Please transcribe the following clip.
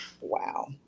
Wow